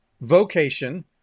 vocation